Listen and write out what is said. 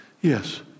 Yes